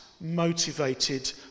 motivated